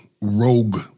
rogue